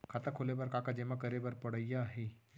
खाता खोले बर का का जेमा करे बर पढ़इया ही?